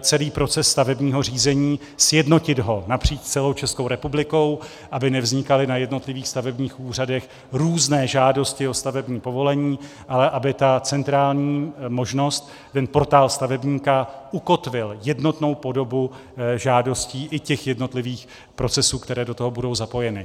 celý proces stavebního řízení, sjednotit ho napříč celou Českou republikou, aby nevznikaly na jednotlivých stavebních úřadech různé žádosti o stavební povolení, ale aby ta centrální možnost, ten portál stavebníka, ukotvil jednotnou podobu žádostí i těch jednotlivých procesů, které do toho budou zapojeny.